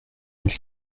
mille